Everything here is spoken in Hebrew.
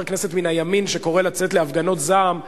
הכנסת מן הימין היה קורא לצאת להפגנות זעם,